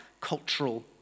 cultural